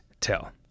tell